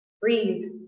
Breathe